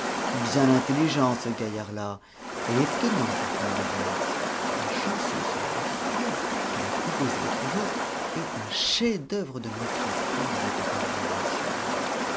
bien intelligent ce gaillard-là et étonnant pour tourner le vers sa chanson sur le directeur qu'il a composée l'autre jour est un chef-d'œuvre de moquerie fine et de drôlerie